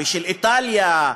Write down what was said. של איטליה,